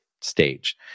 stage